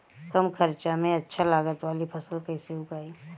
कम खर्चा में अच्छा लागत वाली फसल कैसे उगाई?